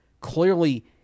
clearly